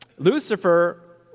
Lucifer